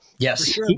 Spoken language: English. yes